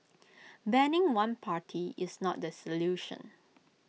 banning one party is not the solution